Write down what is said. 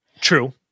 True